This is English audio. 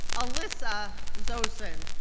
alisa zosin.